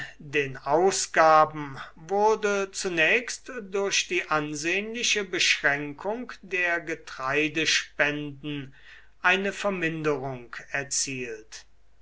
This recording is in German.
den ausgaben wurde zunächst durch die ansehnliche beschränkung der getreidespenden eine verminderung erzielt